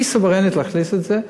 היא סוברנית להכניס את זה.